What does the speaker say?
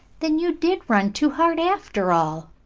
then you did run too hard, after all.